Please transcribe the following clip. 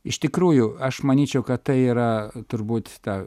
iš tikrųjų aš manyčiau kad tai yra turbūt ta